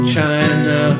China